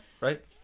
Right